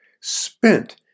spent